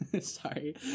sorry